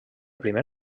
primer